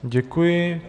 Děkuji.